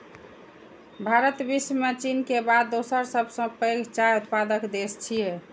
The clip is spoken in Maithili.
भारत विश्व मे चीन के बाद दोसर सबसं पैघ चाय उत्पादक देश छियै